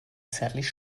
zärtlich